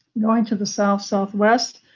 going to the south southwest,